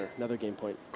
another game point.